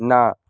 না